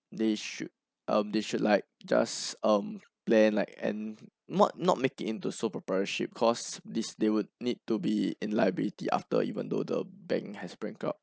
they should um they should like just um plan like and not not make it into sole proprietorship cause this they would need to be in liability after even though the bank has bankrupt